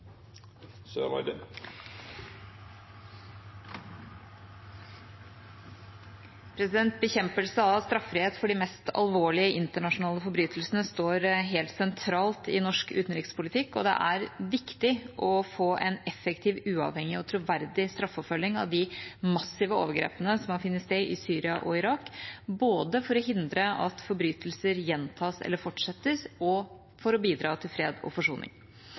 Fremskrittspartiet. Bekjempelse av straffrihet for de mest alvorlige internasjonale forbrytelsene står helt sentralt i norsk utenrikspolitikk, og det er viktig å få en effektiv, uavhengig og troverdig straffeforfølging av de massive overgrepene som har funnet sted i Syria og Irak – både for å hindre at forbrytelser gjentas eller fortsetter, og for å bidra til fred og forsoning.